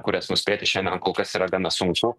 kurias nuspėti šiandien kol kas yra gana sunku